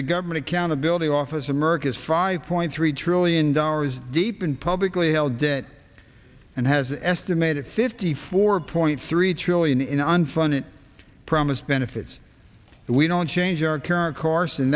the government accountability office america's five point three trillion dollars deep in publicly held debt and has estimated fifty four point three trillion in unfunded promised benefits that we don't change our char